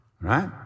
right